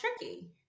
tricky